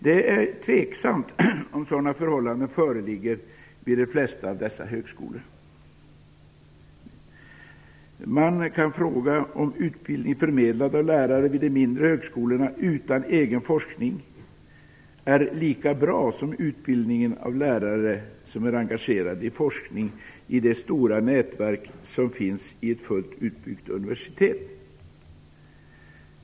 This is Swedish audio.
Det är tveksamt om sådana förhållanden föreligger vid de flesta av dessa högskolor. Man kan fråga om utbildning vid de mindre högskolorna förmedlad av lärare utan egen forskning är lika bra som utbildning med lärare som är engagerade i forskning i det stora nätverk som finns vid ett fullt utbyggt universitet.